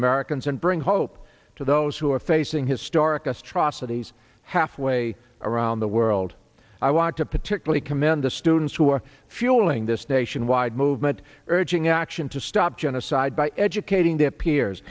americans and bring hope to those who are facing historic a straw cities halfway around the world i want to particularly commend the students who are fueling this nationwide movement urging action to stop genocide by educating to peers